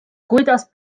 kuidas